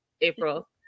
April